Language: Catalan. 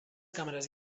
càmeres